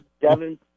Devin